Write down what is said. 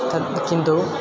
तद् किन्तु